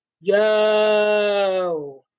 yo